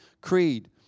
creed